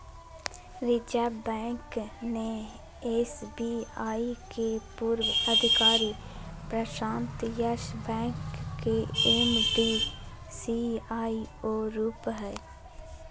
reserve bank ने SBI के पूर्व अधिकारी प्रशांत यस बैंक के एम.डी, सी.ई.ओ रूप हइ